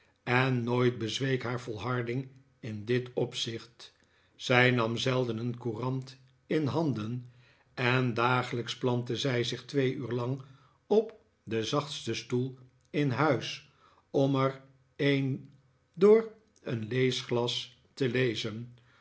en nooit bezweek haar volharding in dit opzicht zij nam zelden een courant in handen en dagelijks plantte zij zich twee uur lang op den zachtsten stoel in huis om er een door een leesglas te lezen